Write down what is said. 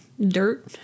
Dirt